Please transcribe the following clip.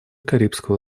карибского